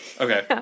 Okay